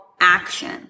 action